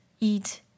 eat